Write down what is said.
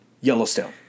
Yellowstone